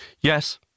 Yes